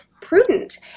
prudent